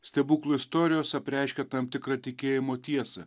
stebuklų istorijos apreiškia tam tikrą tikėjimo tiesą